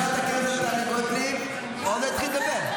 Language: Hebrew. חברת הכנסת טלי גוטליב, הוא עוד לא התחיל לדבר.